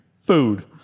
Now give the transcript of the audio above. Food